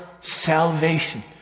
salvation